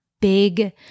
big